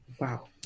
wow